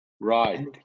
Right